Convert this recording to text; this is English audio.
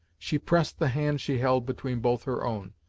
she pressed the hand she held between both her own,